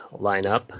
lineup